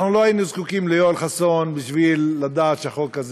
לא היינו זקוקים ליואל חסון בשביל לדעת שהחוק הזה